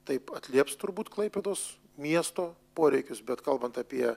taip atlieps turbūt klaipėdos miesto poreikius bet kalbant apie